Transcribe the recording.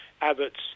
Abbott's